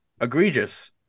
egregious